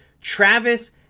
Travis